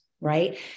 right